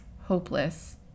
hopeless